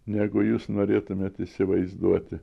negu jūs norėtumėt įsivaizduoti